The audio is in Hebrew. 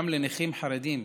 גם לנכים חרדים,